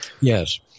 Yes